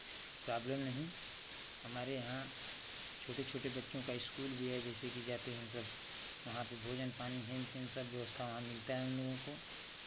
problem नहीं हमारे यहाँ छोटे छोटे बच्चों का इस्कूल भी है जैसे कि जाते हैं सब वहाँ पे भोजन पानी हेन तेन सब व्यवस्था वहाँ मिलता है उन लोगों को